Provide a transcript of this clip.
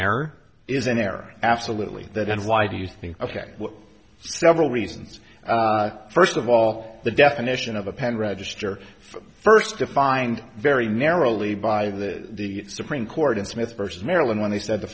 error is an error absolutely that and why do you think ok well several reasons first of all the definition of a pen register first defined very narrowly by the supreme court in smith versus maryland when they said the